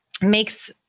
makes